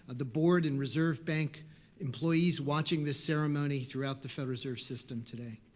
the board and reserve bank employees watching this ceremony throughout the federal reserve system today.